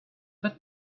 that